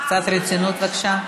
קצת רצינות, בבקשה.